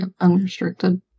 unrestricted